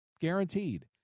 Guaranteed